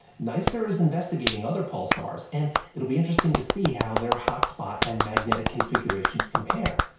nicer is investigating other pulsars and it will be interesting to see how their hotspot and magnetic configurations compare.